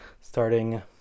starting